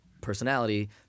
personality